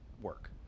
work